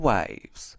Waves